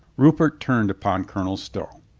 rupert turned upon colonel stow.